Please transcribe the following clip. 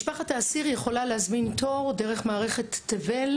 משפחת האסיר יכולה להזמין תור דרך מערכת תבל